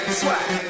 swag